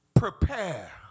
prepare